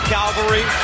Calvary